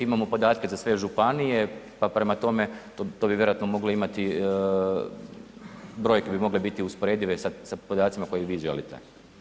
Imamo podatke za sve županije, pa prema tome to bi vjerojatno moglo imati, brojke bi mogle biti usporedive sa podacima koje vi želite.